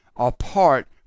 apart